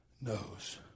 knows